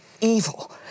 evil